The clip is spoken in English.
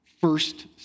first